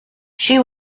she